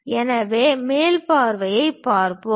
எனவே மேல் பார்வையைப் பார்ப்போம்